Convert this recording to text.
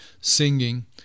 singing